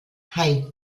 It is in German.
hei